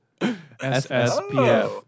SSPF